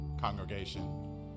Congregation